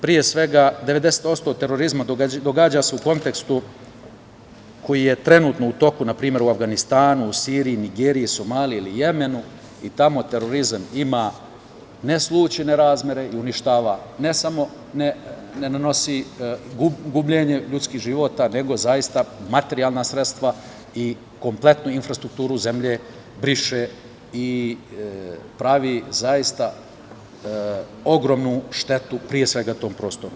Pre svega, 90% terorizma događa se u kontekstu koji je trenutno u toku, na primer, u Avganistanu, u Siriju, u Nigeriji, u Somaliji ili u Jemenu i tamo terorizam ima neslućene razmere i uništava i ne nanosi samo gubljenje života, nego zaista materijalna sredstva i kompletnu infrastrukturu zemlje briše i pravi zaista ogromnu štetu, pre svega tom prostoru.